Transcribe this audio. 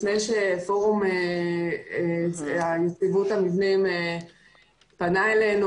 לפני שפורום יציבות המבנים פנה אלינו.